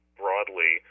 broadly